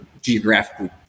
geographically